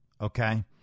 Okay